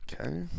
Okay